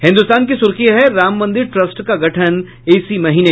हिन्दुस्तान की सुर्खी है राम मंदिर ट्रस्ट का गठन इसी महीने